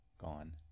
Gone